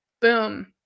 Boom